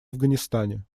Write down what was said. афганистане